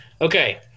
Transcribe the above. Okay